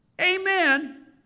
Amen